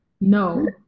No